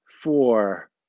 four